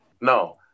no